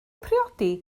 priodi